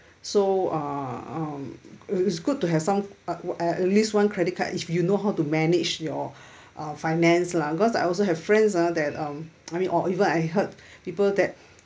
so uh um it's good to have some at least one credit card if you know how to manage your uh finance lah cause I also have friends ah that um I mean or even I heard people that